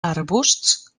arbusts